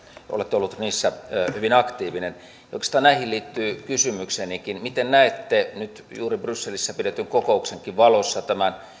olette ollut niissä hyvin aktiivinen oikeastaan näihin liittyy kysymyksenikin miten näette nyt juuri brysselissä pidetyn kokouksenkin valossa tämän